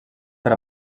per